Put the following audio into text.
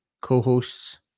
co-hosts